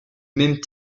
même